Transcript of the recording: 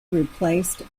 replaced